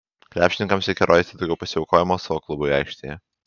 krepšininkams reikia rodyti daugiau pasiaukojimo savo klubui aikštėje